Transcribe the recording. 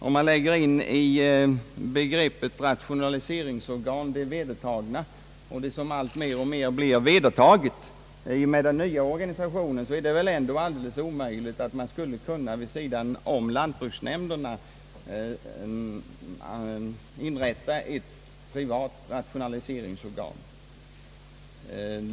Om man i begreppet rationaliseringsorgan lägger den innebörd som håller på att bli alltmer vedertagen i och med den nya organisationen, torde det framstå som orimligt att det vid sidan av lantbruksnämnderna skulle kunna inrättas ett privat rationaliseringsorgan.